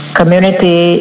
community